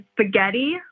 spaghetti